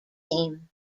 team